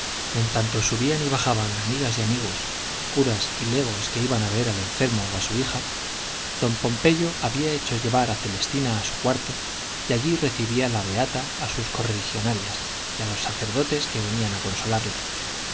en tanto subían y bajaban amigas y amigos curas y legos que iban a ver al enfermo o a su hija don pompeyo había hecho llevar a celestina a su cuarto y allí recibía la beata a sus correligionarias y a los sacerdotes que venían a consolarla